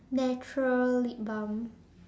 natural lip balm